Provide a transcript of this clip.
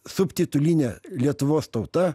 subtitulinė lietuvos tauta